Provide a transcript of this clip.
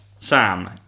Sam